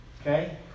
okay